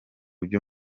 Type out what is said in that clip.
byo